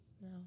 no